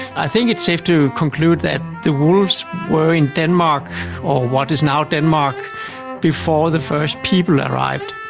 i think it's safe to conclude that the wolves were in denmark or what is now denmark before the first people arrived.